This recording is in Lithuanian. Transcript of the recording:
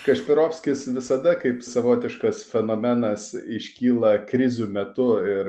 kašpirovskis visada kaip savotiškas fenomenas iškyla krizių metu ir